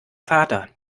vater